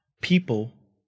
people